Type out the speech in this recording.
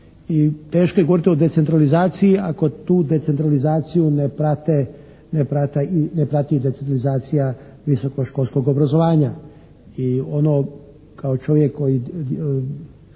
teško je govoriti o decentralizaciji ako tu decentralizaciju ne prati i decentralizacija visokoškolskog obrazovanja